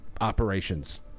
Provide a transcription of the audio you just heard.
operations